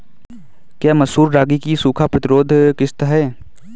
क्या मसूर रागी की सूखा प्रतिरोध किश्त है?